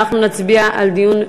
דיון במליאה?